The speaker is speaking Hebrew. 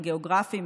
הגיאוגרפיים,